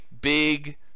big